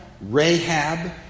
Rahab